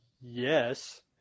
Yes